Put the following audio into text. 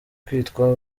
kwitwa